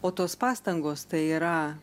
o tos pastangos tai yra